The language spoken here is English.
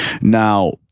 Now